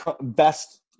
best